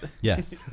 yes